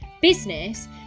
business